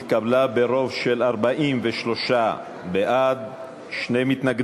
מס' 3) התקבלה בקריאה שנייה ברוב של 43 בעד ושני מתנגדים.